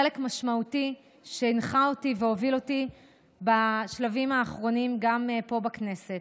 חלק משמעותי שהנחה אותי והוביל אותי בשלבים האחרונים גם פה בכנסת.